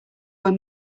were